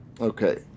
Okay